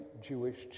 Jewish